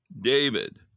David